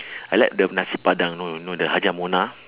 I like the nasi padang you know you know the hajjah mona